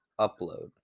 upload